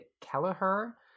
Kelleher